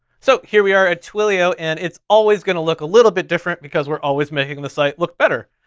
so here we are at twilio. and it's always gonna look a little bit different because we're always making the site look better.